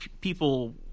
people –